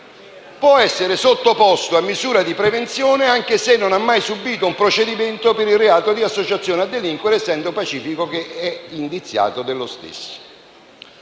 può essere sottoposto a misura di prevenzione anche se non ha mai subito un procedimento per il reato di associazione a delinquere, essendo pacifico che è indiziato per lo stesso.